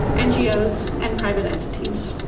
ngos and private entities.